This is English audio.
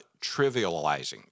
trivializing